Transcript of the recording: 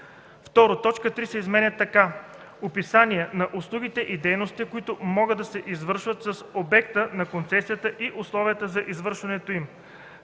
2. Точка 3 се изменя така: „3. описание на услугите и дейностите, които могат да се извършват с обекта на концесията, и условията за извършването им;”.